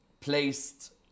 placed